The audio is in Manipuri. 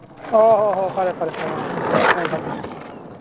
ꯑꯣ ꯍꯣ ꯍꯣ ꯐꯔꯦ ꯐꯔꯦ ꯐꯔꯦ ꯐꯔꯦ